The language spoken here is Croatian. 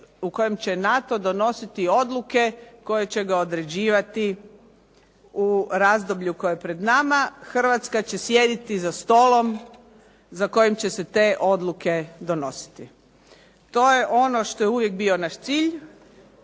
u kojem će NATO donositi odluke, koje će ga određivati u razdoblju koje je pred nama, Hrvatska će sjediti za stolom za kojim će se te odluke donositi. To je ono što je uvijek bio naš cilj